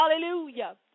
Hallelujah